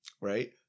right